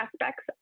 aspects